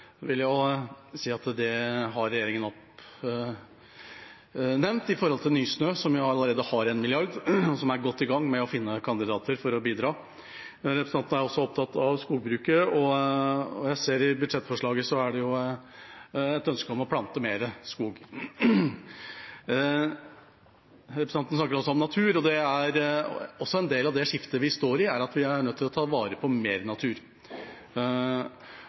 si at det har regjeringa oppnevnt i forbindelse med Nysnø, som allerede har 1 mrd. kr., og som er godt i gang med å finne kandidater til å bidra. Representanten er også opptatt av skogbruket, og jeg ser i budsjettforslaget at det er et ønske om å plante mer skog. Representanten snakker også om natur. En del av det skiftet vi står i, er at vi er nødt til å ta vare på mer natur.